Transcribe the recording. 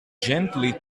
gently